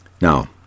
Now